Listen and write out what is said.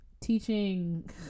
teaching